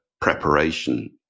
preparation